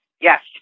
Yes